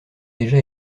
déjà